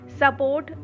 support